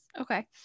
okay